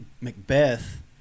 Macbeth